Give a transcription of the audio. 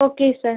okay sir